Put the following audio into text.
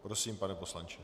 Prosím, pane poslanče.